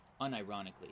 unironically